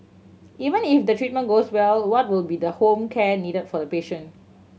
even if the treatment goes well what will be the home care needed for the patient